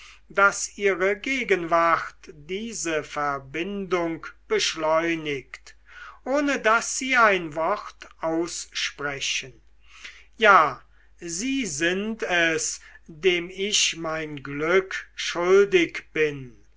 daß ihre gegenwart diese verbindung beschleunigt ohne daß sie ein wort aussprechen ja sie sind es dem ich mein glück schuldig bin